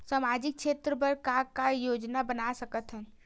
सामाजिक क्षेत्र बर का का योजना बना सकत हन?